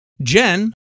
Jen